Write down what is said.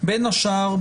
בין השאר,